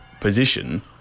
position